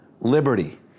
liberty